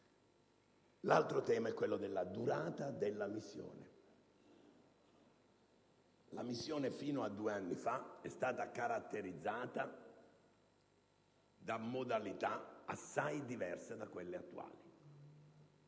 L'altro tema è quello della durata della missione. La missione fino a due anni fa è stata caratterizzata da modalità assai diverse da quelle attuali.